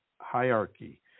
hierarchy